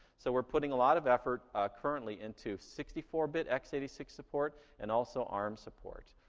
so we're putting a lot of effort currently into sixty four bit x eight six support and also arm support.